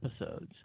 episodes